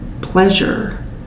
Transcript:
pleasure